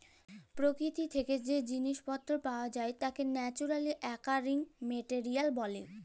পরকিতি থ্যাকে যে জিলিস পত্তর পাওয়া যায় তাকে ন্যাচারালি অকারিং মেটেরিয়াল ব্যলে